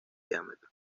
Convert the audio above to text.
diámetro